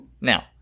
now